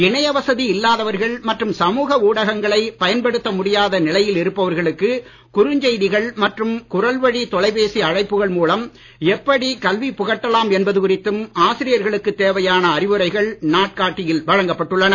இணைய வசதி இல்லாதவர்கள் மற்றும் சமுக ஊடகங்களை பயன்படுத்த முடியாத நிலையில் இருப்பவர்களுக்கு குறுஞ்செய்திகள் மற்றும் குரல் வழி தொலைபேசி அழைப்புகள் மூலம் எப்படி கல்வி புகட்டலாம் என்பது குறித்தும் ஆசிரியர்களுக்கு தேவையான அறிவுரைகள் நாட்காட்டியில் வழங்கப்பட்டுள்ளன